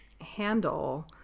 handle